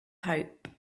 hope